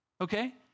Okay